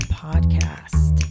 podcast